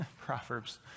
Proverbs